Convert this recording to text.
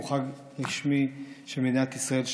והוא חג רשמי של מדינת ישראל,